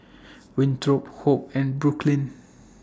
Winthrop Hope and Brooklyn